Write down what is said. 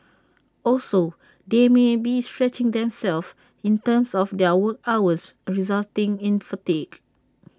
also they may be stretching themselves in terms of their work hours resulting in fatigue